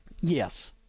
Yes